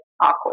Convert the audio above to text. awkward